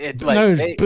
No